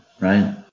Right